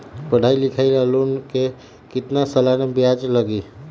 पढाई लिखाई ला लोन के कितना सालाना ब्याज लगी?